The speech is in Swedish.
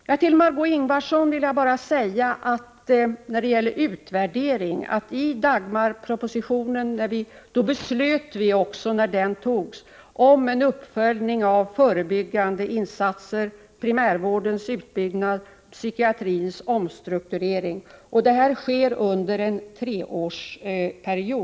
I fråga om utvärderingen vill jag bara säga till Margé Ingvardsson, att i Dagmarpropositionen ingår ett beslut om en uppföljning av förebyggande insatser, primärvårdens utbyggnad och psykiatrins omstrukturering. Detta sker under en treårsperiod.